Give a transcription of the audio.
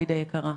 עאידה היקרה,